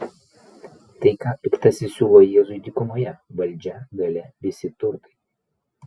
tai ką piktasis siūlo jėzui dykumoje valdžia galia visi turtai